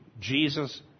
Jesus